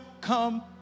come